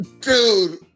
Dude